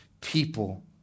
people